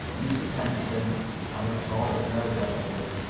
mrs. henderson had a talk with her relative.